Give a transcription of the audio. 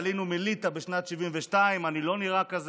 עלינו מליטא בשנת 1972. אני יודע שאני לא נראה כזה,